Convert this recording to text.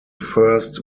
first